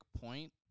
point